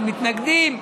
ומתנגדים.